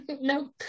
No